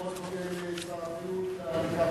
אני מאוד מודה לשר הבריאות על כך